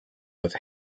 was